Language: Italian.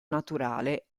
naturale